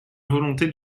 volonté